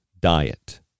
diet